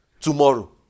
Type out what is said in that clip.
tomorrow